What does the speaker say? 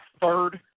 third